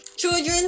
children